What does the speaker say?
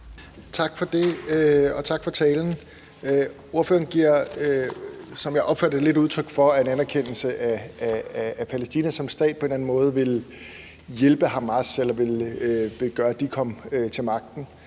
Tak for det, og tak for talen. Ordføreren giver, som jeg opfatter det, lidt udtryk for, at anerkendelse af Palæstina som stat på en eller anden måde vil hjælpe Hamas eller vil gøre, at de kom til magten.